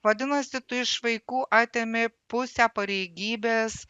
vadinasi tu iš vaikų atimi pusę pareigybės